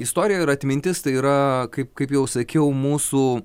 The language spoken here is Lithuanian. istorija ir atmintis tai yra kaip kaip jau sakiau mūsų